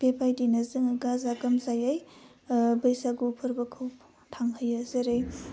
बेबायदिनो जोङो गाजा गोमजायै बैसागु फोरबोखौ थांहोयो जेरै